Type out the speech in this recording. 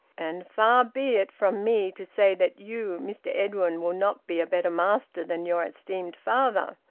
and far be it from me to say that you, mr edwin, will not be a better master than your esteemed father.